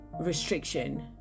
restriction